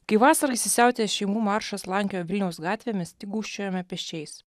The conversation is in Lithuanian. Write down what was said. kai vasarą įsisiautėjęs šeimų maršas slankiojo vilniaus gatvėmis tik gūžčiojome pečiais